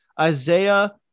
Isaiah